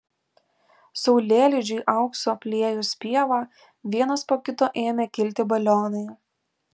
saulėlydžiui auksu apliejus pievą vienas po kito ėmė kilti balionai